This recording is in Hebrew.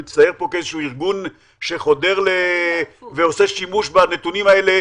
הוא מצטייר פה כאיזשהו ארגון שחודר ועושה שימוש בנתונים האלה,